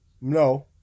No